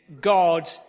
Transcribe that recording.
God